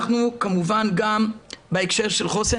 אנחנו כמובן גם בהקשר של חוסן,